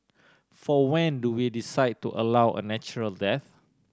for when do we decide to allow a natural death